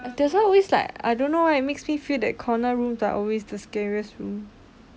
that's why always like I don't know why it makes me feel that corner rooms are always the scariest room